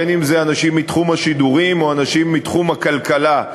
בין אם זה אנשים מתחום השידורים או אנשים מתחום הכלכלה,